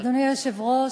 אדוני היושב-ראש,